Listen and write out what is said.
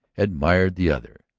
admired the other,